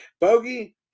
Bogey